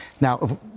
Now